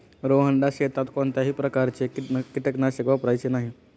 रोहनला शेतात कोणत्याही प्रकारचे कीटकनाशक वापरायचे नाही